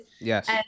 Yes